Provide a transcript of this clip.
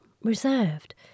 reserved